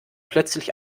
plötzlich